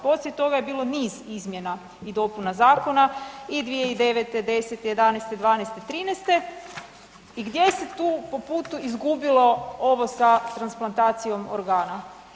Poslije toga je bilo niz izmjena i dopuna zakona i 2009., '10., '11., '12., '13. i gdje se tu po putu izgubilo ovo sa transplantacijom organa?